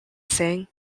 saying